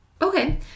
Okay